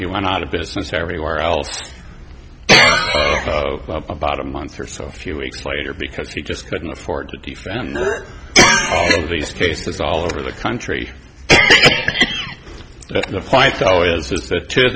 he went out of business everywhere else about a month or so a few weeks later because he just couldn't afford to defend these cases all over the country so the